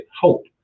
hope